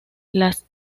las